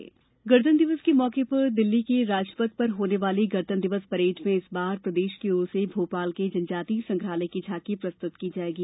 गणतंत्र झांकी गणतंत्र दिवस के मौके पर दिल्ली के राजपथ पर होने वाली गणतंत्र दिवस परेड में इस बार प्रदेश की ओर से भोपाल के जनजातीय संग्रहालय की झांकी प्रस्तुत की जायेगी